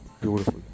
beautiful